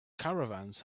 caravans